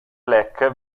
black